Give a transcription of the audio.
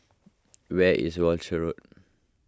where is Walshe Road